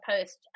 post